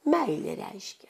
meilė reiškia